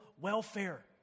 welfare